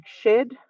shed